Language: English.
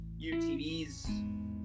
UTVs